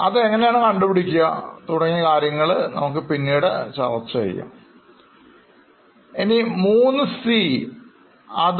അത് എങ്ങനെയാണ് കണ്ടുപിടിക്കുക തുടങ്ങിയ കാര്യങ്ങൾ പിന്നീട് പിന്നീട് ചർച്ച ചെയ്യാവുന്നതാണ്